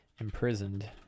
Imprisoned